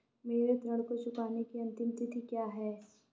मेरे ऋण को चुकाने की अंतिम तिथि क्या है?